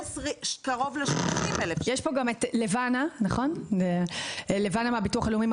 יש פה גם את לבנה מהביטוח הלאומי,